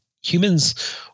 humans